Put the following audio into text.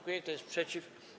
Kto jest przeciw?